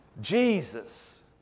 Jesus